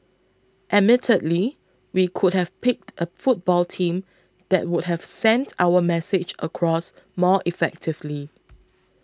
admittedly we could have picked a football team that would have sent our message across more effectively